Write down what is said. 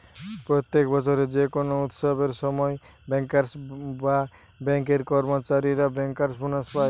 প্রত্যেক বছর যে কোনো উৎসবের সময় বেঙ্কার্স বা বেঙ্ক এর কর্মচারীরা বেঙ্কার্স বোনাস পায়